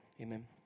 Amen